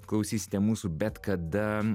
klausysite mūsų bet kada